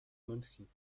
münchen